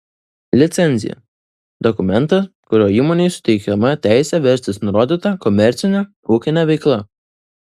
licencija dokumentas kuriuo įmonei suteikiama teisė verstis nurodyta komercine ūkine veikla